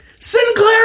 Sinclair